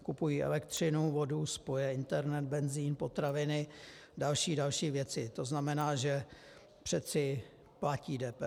Kupují elektřinu, vodu, spoje, internet, benzin, potraviny a další a další věci, tzn. že přece platí DPH.